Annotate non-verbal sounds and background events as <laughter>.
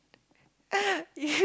<laughs> you